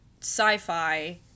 sci-fi